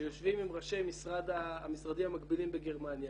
שיושבים עם ראשי המשרדים המקבילים בגרמניה,